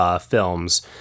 films